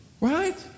Right